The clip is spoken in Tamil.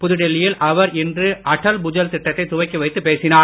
புதுடெல்லியில் அவர் இன்று அட்டல் புஜல் திட்டத்தை துவக்கி வைத்து பேசினார்